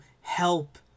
help